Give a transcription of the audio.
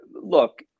look